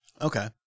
Okay